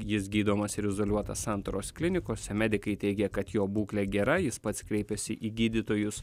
jis gydomas ir izoliuotas santaros klinikose medikai teigė kad jo būklė gera jis pats kreipėsi į gydytojus